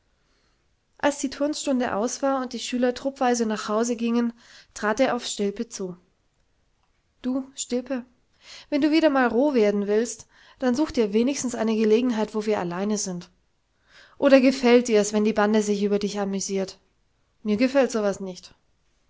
als die turnstunde aus war und die schüler truppweise nach hause gingen trat er auf stilpe zu du stilpe wenn du wieder mal roh werden willst dann such dir wenigstens eine gelegenheit wo wir alleine sind oder gefällt dirs wenn die bande sich über dich amüsiert mir gefällt so was nicht